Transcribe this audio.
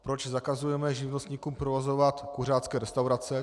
Proč zakazujeme živnostníkům provozovat kuřácké restaurace?